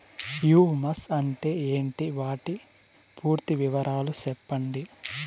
Humus అంటే ఏంటి? వాటి పూర్తి వివరాలు సెప్పండి?